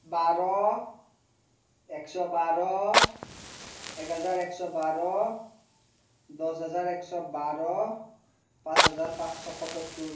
বাৰ একশ বাৰ এক হেজাৰ একশ বাৰ দহ হেজাৰ একশ বাৰ পাঁচ হেজাৰ পাঁচশ সত্তৰ